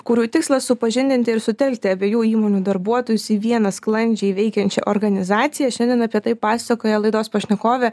kurių tikslas supažindinti ir sutelkti abiejų įmonių darbuotojus į vieną sklandžiai veikiančią organizaciją šiandien apie tai pasakoja laidos pašnekovė